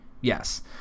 Yes